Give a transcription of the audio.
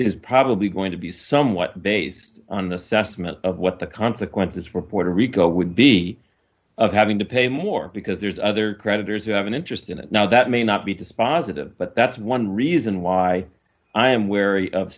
is probably going to be somewhat based on the sassaman of what the consequences for puerto rico would be of having to pay more because there's other creditors who have an interest in it now that may not be dispositive but that's one reason why i am wary of